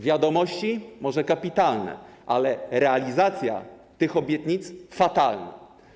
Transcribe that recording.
Wiadomości może są kapitalne, ale realizacja tych obietnic jest fatalna.